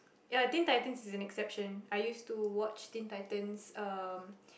ya Teen-Titans is an exception I used to watch Teen-Titans um